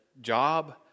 job